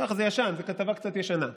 זה ישן, זאת כתבה ישנה קצת.